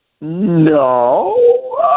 No